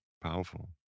powerful